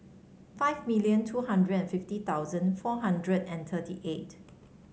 five million two hundred and fifty thousand four hundred and thirty eight